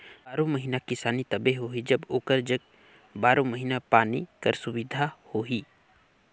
बारो महिना किसानी तबे होही जब ओकर जग बारो महिना पानी कर सुबिधा होही